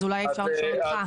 אז אולי אפשר לשאול אותך.